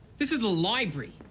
this is the library,